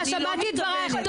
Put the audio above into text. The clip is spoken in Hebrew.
שמעתי את דברייך.